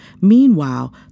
Meanwhile